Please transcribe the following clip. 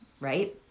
right